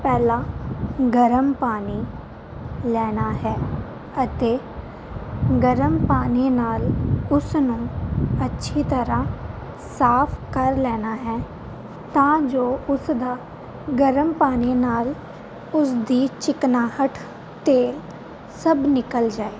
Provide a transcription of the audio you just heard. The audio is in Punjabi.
ਪਹਿਲਾਂ ਗਰਮ ਪਾਣੀ ਲੈਣਾ ਹੈ ਅਤੇ ਗਰਮ ਪਾਣੀ ਨਾਲ ਉਸ ਨੂੰ ਅੱਛੀ ਤਰ੍ਹਾਂ ਸਾਫ਼ ਕਰ ਲੈਣਾ ਹੈ ਤਾਂ ਜੋ ਉਸ ਦਾ ਗਰਮ ਪਾਣੀ ਨਾਲ ਉਸਦੀ ਚਿਕਨਾਹਟ ਤੇਲ ਸਭ ਨਿਕਲ ਜਾਏ